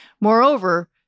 Moreover